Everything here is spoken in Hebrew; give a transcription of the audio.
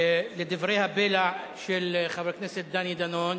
לדברי הבלע של חבר הכנסת דני דנון,